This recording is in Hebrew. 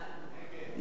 שאול מופז,